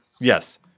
Yes